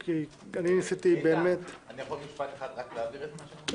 אני יכול משפט אחד רק כדי להבהיר את מה שאמרתי?